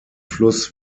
fluss